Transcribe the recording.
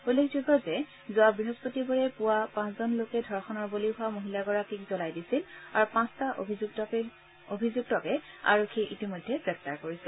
উল্লেখযোগ্য যে যোৱা বৃহস্পতিবাৰে পুৱা পাঁচজন লোকে ধৰ্ষণৰ বলি হোৱা মহিলাগৰাকীক জলাই দিছিল আৰু পাঁচটা অভিযুক্তকে আৰক্ষীয়ে ইতিমধ্যে গ্ৰেপ্তাৰ কৰিছে